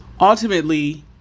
ultimately